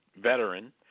veteran